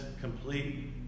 complete